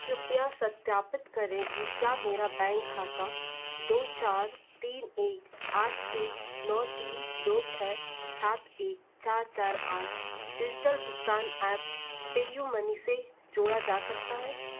कृपया सत्यापित करें कि क्या मेरा बैंक खाता दो चार तीन एक आठ एक नौ तीन दो छ सात एक चार चार आठ डिजिटल भुगतान ऐप पेयूमनी से जोड़ा जा सकता है